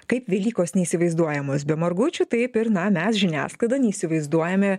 kaip velykos neįsivaizduojamos be margučių taip ir na mes žiniasklaida neįsivaizduojame